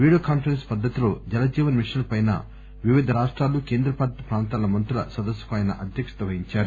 video conference పద్దతిలో Jal Jeevan mission పై వివిధ రాష్టాలు కేంద్ర పాలీత ప్రాంతాల మంత్రుల సదస్సుకు ఆయన అధ్యక్షత వహించారు